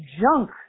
junk